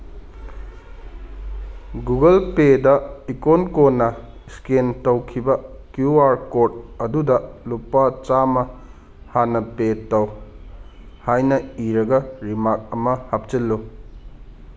Google ꯄꯦꯗ icon ꯀꯣꯟꯅ scan ꯇꯧꯈꯤꯕ ꯀ꯭ꯌꯨ ꯑꯥꯔ ꯀꯣꯠ ꯑꯗꯨꯗ ꯂꯨꯄꯥ ꯆꯥꯝꯃ ꯍꯥꯟꯅ ꯄꯦ ꯇꯧ ꯍꯥꯏꯅ ꯏꯔꯒ ꯔꯤꯃꯥꯛ ꯑꯃ ꯍꯥꯞꯆꯤꯜꯂꯨ